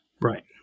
Right